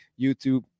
YouTube